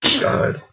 God